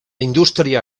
indústria